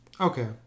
Okay